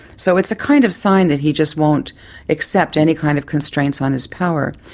so it's a kind of sign that he just won't accept any kind of constraints on his power.